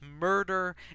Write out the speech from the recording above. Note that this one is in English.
murder